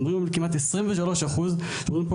אנחנו מדברים על כמעט 23%. מדברים פה